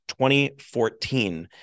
2014